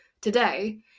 today